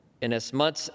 Inasmuch